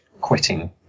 quitting